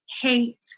hate